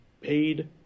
paid